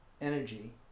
energy